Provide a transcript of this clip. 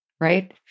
right